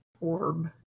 orb